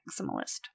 maximalist